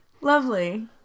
Lovely